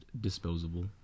Disposable